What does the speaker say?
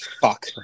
Fuck